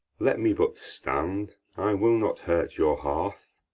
let me but stand i will not hurt your hearth.